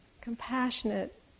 compassionate